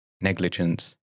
negligence